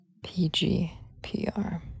PGPR